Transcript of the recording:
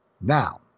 Now